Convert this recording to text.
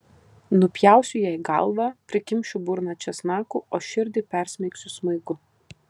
nupjausiu jai galvą prikimšiu burną česnakų o širdį persmeigsiu smaigu